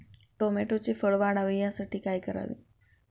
टोमॅटोचे फळ वाढावे यासाठी काय करावे?